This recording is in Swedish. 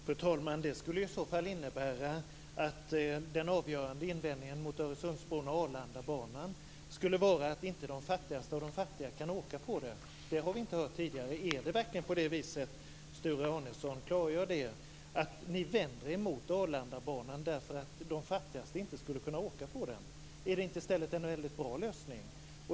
Fru talman! Det skulle i så fall innebära att den avgörande invändningen mot Öresundsbron och Arlandabanan skulle vara att inte de fattigaste av de fattiga kan åka på dem. Det har vi inte hört tidigare. Är det verkligen på det viset, Sture Arnesson? Klargör det! Vänder ni er mot Arlandabanan därför att de fattigaste inte skulle kunna åka på den? Är det inte i stället en väldigt bra lösning?